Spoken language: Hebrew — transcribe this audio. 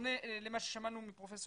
בשונה ממה ששמענו מפרופ'